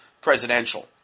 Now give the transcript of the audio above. presidential